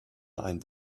ein